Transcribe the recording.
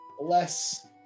less